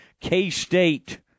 K-State